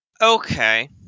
Okay